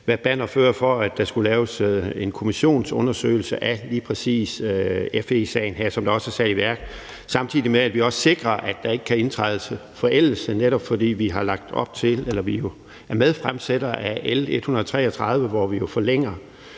været bannerførere for, at der skulle laves en kommissionsundersøgelse af lige præcis FE-sagen her, som også er sat i værk, samtidig med at vi også sikrer, at der ikke kan indtræde en forældelse. Det er netop, fordi vi er medfremsættere af L 133, hvor vi i forbindelse